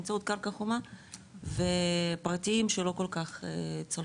באמצעות קרקע חומה ופרטיים שלא כל כך צלחו,